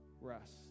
rest